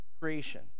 creation